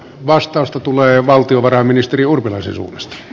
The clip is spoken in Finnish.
vastausta tulee valtiovarainministeri urpilaisen suunnasta